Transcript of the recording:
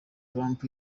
trump